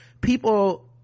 people